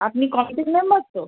আপনি কমিটির মেম্বার তো